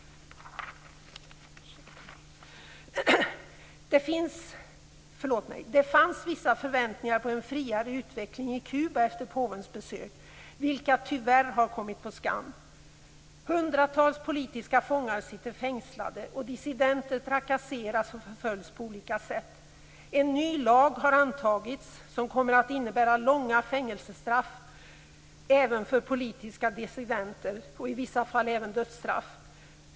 Det fanns vissa förväntningar på en friare utveckling i Kuba efter påvens besök, men dessa har tyvärr kommit på skam. Hundratals politiska fångar sitter fängslade, och dissidenter trakasseras och förföljs på olika sätt. En ny lag har antagits som kommer att innebära långa fängelsestraff, och i vissa fall även dödsstraff, för politiska dissidenter.